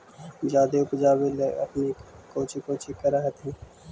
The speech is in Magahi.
जादे उपजाबे ले अपने कौची कौची कर हखिन?